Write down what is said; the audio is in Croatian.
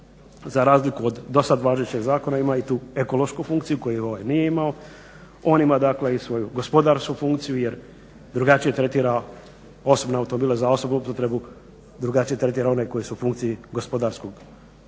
za razliku od dosad važećeg zakona ima i tu ekološku funkciju koju ovaj nije imao, on ima dakle i svoju gospodarsku funkciju jer drugačije tretira osobne automobile za osobnu upotrebu, drugačije tretira one koji su u funkciji gospodarskog u